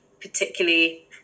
particularly